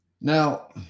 Now